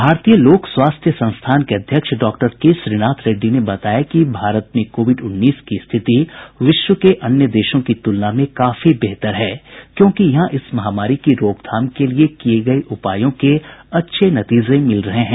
भारतीय लोक स्वास्थ्य संस्थान के अध्यक्ष डॉ के श्रीनाथ रेड्डी ने बताया कि भारत में कोविड उन्नीस की स्थिति विश्व के अन्य देशों के मुकाबले काफी बेहतर है क्योंकि यहां इस महामारी की रोकथाम के लिए किए गए उपायों के अच्छे नतीजे मिल रहे हैं